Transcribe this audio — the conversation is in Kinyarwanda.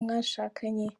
mwashakanye